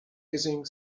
hissing